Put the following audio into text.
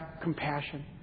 compassion